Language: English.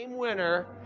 Winner